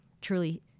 truly